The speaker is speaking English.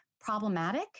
problematic